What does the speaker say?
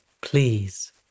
please